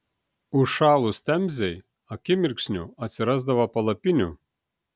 užšalus temzei akimirksniu atsirasdavo palapinių